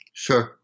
Sure